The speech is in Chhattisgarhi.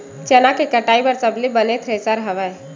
चना के कटाई बर सबले बने थ्रेसर हवय?